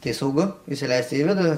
tai saugu įsileisti į vidų